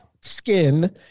skin